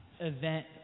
event